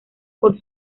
por